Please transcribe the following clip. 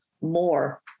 more